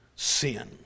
Sin